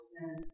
sin